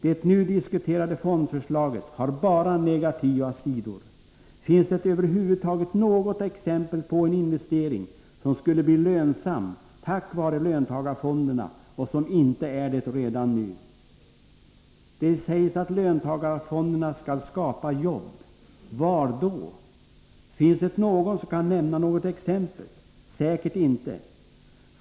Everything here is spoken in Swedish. Det nu diskuterade fondförslaget har bara negativa sidor. Finns det över huvud taget något exempel på en investering som skulle bli lönsam tack vare löntagarfonderna och som inte är det redan nu? Det sägs att löntagarfonderna skall skapa jobb. Var då? Finns det någon som kan nämna ett exempel? Säkert inte!